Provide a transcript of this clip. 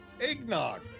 eggnog